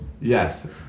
yes